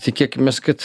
tikėkimės kad